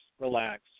relax